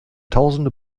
tausende